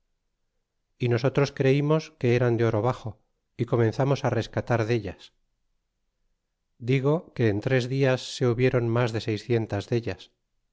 y nosotros creimos que eran de oro baxo y comenzamos rescatar dellas digo que en tres dias se hubieron mas de seiscientas dellas